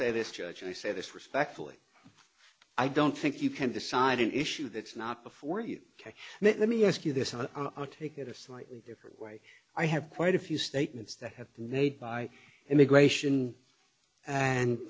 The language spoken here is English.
say this judge and i say this respectfully i don't think you can decide an issue that's not before you can let me ask you this on our take it a slightly different way i have quite a few statements that have made by immigration and